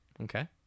Okay